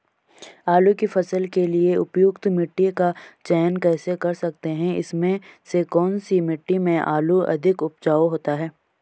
आलू की फसल के लिए उपयुक्त मिट्टी का चयन कैसे कर सकते हैं इसमें से कौन सी मिट्टी में आलू अधिक उपजाऊ होता है?